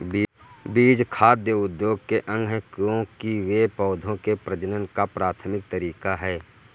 बीज खाद्य उद्योग के अंग है, क्योंकि वे पौधों के प्रजनन का प्राथमिक तरीका है